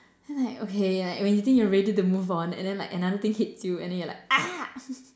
then like okay like when you think you're ready to move on and then like another thing hits you and then you're like